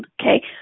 okay